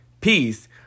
peace